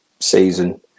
season